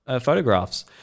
photographs